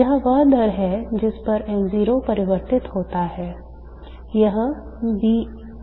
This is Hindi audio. यह वह दर है जिस पर N0 परिवर्तित होता है